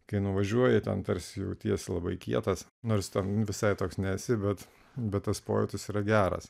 kai nuvažiuoji ten tarsi jautiesi labai kietas nors ten visai toks nesi bet bet tas pojūtis yra geras